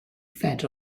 fed